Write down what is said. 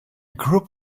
group